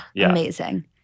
Amazing